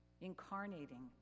incarnating